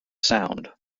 sound